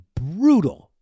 brutal